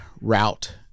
route